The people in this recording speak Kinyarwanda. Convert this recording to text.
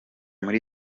muri